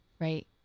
Right